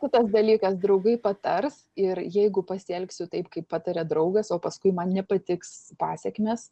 kitas dalykas draugai patars ir jeigu pasielgsiu taip kaip patarė draugas o paskui man nepatiks pasekmės